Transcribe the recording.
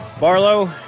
Barlow